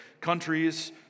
countries